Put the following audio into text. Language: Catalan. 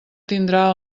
tindrà